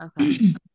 Okay